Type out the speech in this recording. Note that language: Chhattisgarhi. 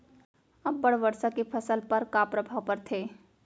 अब्बड़ वर्षा के फसल पर का प्रभाव परथे?